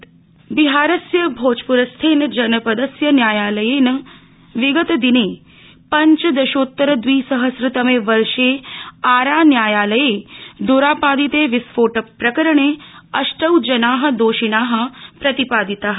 बिहार बिहारस्य भोजप्रस्थेन जनपदस्य न्यायालयेन विगतदिने पञ्चदशोत्तरद्विसहस्रतमेवर्षे आरा न्यायालये द्रापादिते विस्फोट प्रकरणे अष्टौ जना दोषिणा प्रतिपादिता